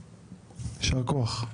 ישר כוח.